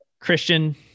Christian